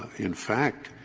in fact,